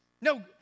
No